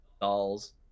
dolls